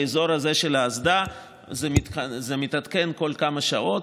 באזור של האסדה זה מתעדכן כל כמה שעות,